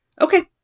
Okay